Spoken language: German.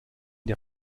der